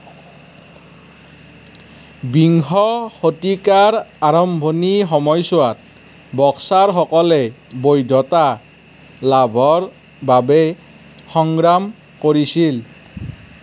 বিংশ শতিকাৰ আৰম্ভণি সময়চোৱাত বক্সাৰসকলে বৈধতা লাভৰ বাবে সংগ্ৰাম কৰিছিল